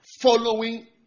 following